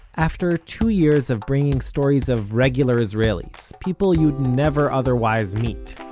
after two years of bringing stories of regular israelis, people you'd never otherwise meet,